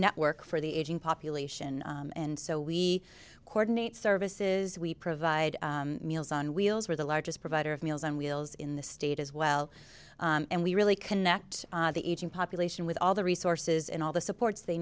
network for the aging population and so we coordinate services we provide meals on wheels we're the largest provider of meals on wheels in the state as well and we really connect the aging population with all the resources and all the so ports they